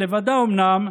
לבדה אומנם,